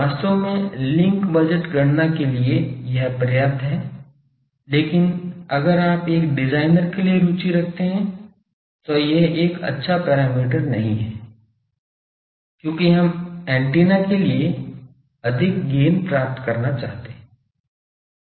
वास्तव में link budget गणना के लिए यह पर्याप्त है लेकिन अगर आप एक डिजाइनर के लिए रुचि रखते हैं तो यह एक अच्छा पैरामीटर नहीं है क्योंकि हम एंटीना के लिए अधिक गैन प्राप्त करना चाहते हैं